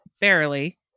Barely